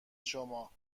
شما